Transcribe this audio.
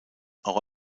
auch